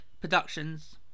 Productions